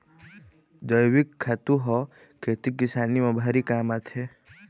जइविक खातू ह खेती किसानी म भारी काम आथे